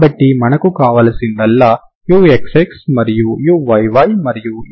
కాబట్టి మనకు కావలసిందల్లా uxxమరియు uyyమరియు uxy